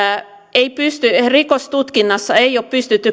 rikostutkinnassa ei ole pystytty